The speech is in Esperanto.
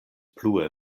plue